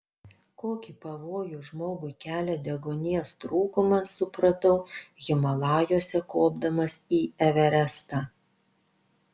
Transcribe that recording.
kokį pavojų žmogui kelia deguonies trūkumas supratau himalajuose kopdamas į everestą